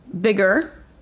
bigger